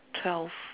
twelve